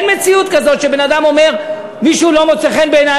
אין מציאות כזאת שבן-אדם אומר: מישהו לא מוצא חן בעיני,